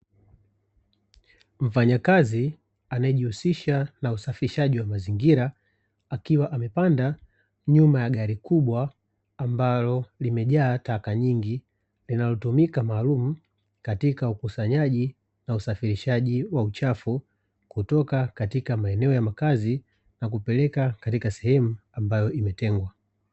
Mfanyakazi anaye jihusisha na usafishaji wa mazingira, akiwa amepanda nyuma ya gari kubwa ambalo limejaa taka nyingi, linalo tumika maalumu katika ukusanyaji na usafirishaji wa uchafu, kutoka katika maeneo ya makazi na kupelekwa katika sehemu ambayo imetengwa.